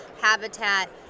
habitat